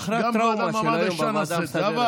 זה אחרי המהומה של היום בוועדה המסדרת.